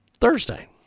Thursday